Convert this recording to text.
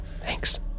Thanks